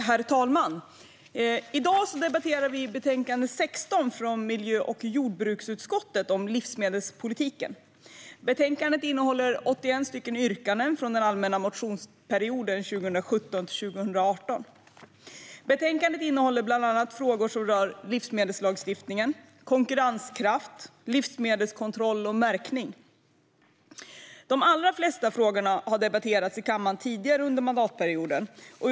Herr talman! I dag debatterar vi betänkande 16 från miljö och jordbruksutskottet om livsmedelspolitiken. Betänkandet innehåller 81 yrkanden från allmänna motionstiden 2017/18 och behandlar frågor som livsmedelslagstiftning, konkurrenskraft, livsmedelskontroll och märkning. De allra flesta av frågorna har debatterats i kammaren tidigare under mandatperioden.